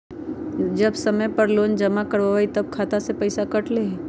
जब समय पर लोन जमा न करवई तब खाता में से पईसा काट लेहई?